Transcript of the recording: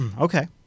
Okay